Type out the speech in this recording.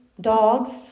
dogs